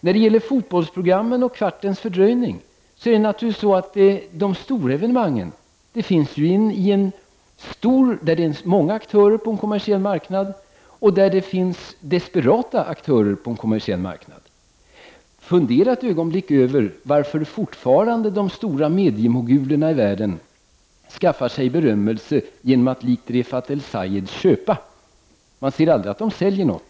Man har talat om fotbollsprogrammet som sänds i svensk TV med en kvarts timmes fördröjning. Det finns många — och desperata — aktörer på en kommersiell marknad. Fundera ett ögonblick över varför de stora mediemogulerna i världen fortfarande skaffar sig berömmelse genom att likt Refaat El-Sayed ständigt köpa nya företag — man ser aldrig att de säljer något.